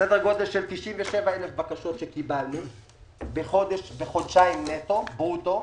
סדר גודל של 97,00 בקשות שקיבלנו בחודשיים ברוטו,